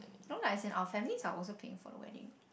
no like as in our family are also paying for the wedding